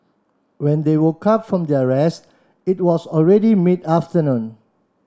when they woke up from their rest it was already mid afternoon